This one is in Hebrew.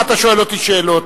מה אתה שואל אותי שאלות?